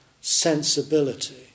sensibility